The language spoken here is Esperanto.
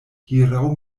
hieraŭ